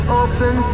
open